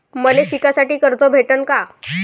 मले शिकासाठी कर्ज भेटन का?